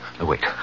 wait